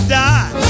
die